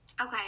Okay